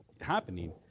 happening